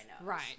Right